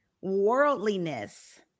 worldliness